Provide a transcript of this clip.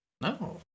No